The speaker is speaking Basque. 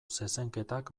zezenketak